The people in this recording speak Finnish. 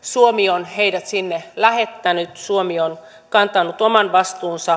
suomi on heidät sinne lähettänyt suomi on kantanut oman vastuunsa